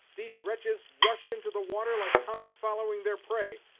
these wretches rush into the water like hounds following their prey!